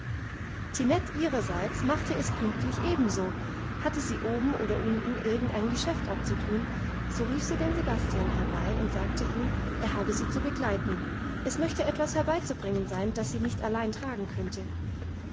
tinette ihrerseits machte es pünktlich ebenso hatte sie oben oder unten irgendein geschäft abzutun so rief sie den sebastian herbei und sagte ihm er habe sie zu begleiten es möchte etwas herbeizubringen sein das sie nicht allein tragen könnte